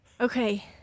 okay